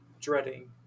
dreading